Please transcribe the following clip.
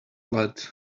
led